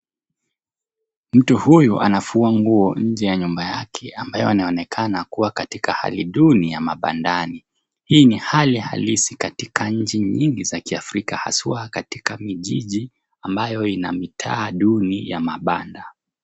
Mtu huyu anafua nguo nje ya nyumba yake ambayo inaonekana kuwa katika hali duni ya mabandani. Hii ni hali halisi katika nchi nyingi za kiafrika haswa katika mijiji ambayo ina mitaa duni ya mabanda.